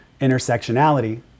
intersectionality